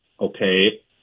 okay